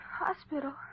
Hospital